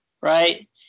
right –